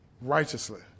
righteously